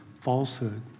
falsehood